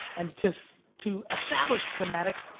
and to so to establish thematics,